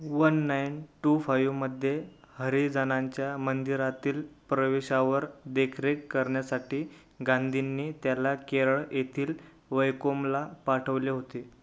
one nine two five मध्ये हरिजनांच्या मंदिरातील प्रवेशावर देखरेख करण्यासाठी गांधींनी त्याला केरळ येथील वैकोमला पाठवले होते